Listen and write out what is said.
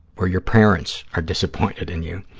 where your parents are disappointed in you.